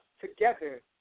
together